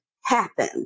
happen